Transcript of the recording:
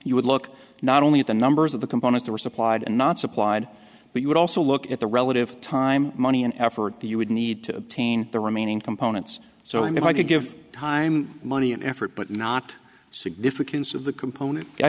you would look not only at the numbers of the components they were supplied and not supplied but you would also look at the relative time money and effort that you would need to obtain the remaining components so if i could give time money and effort but not significance of the component i